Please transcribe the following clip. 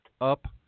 up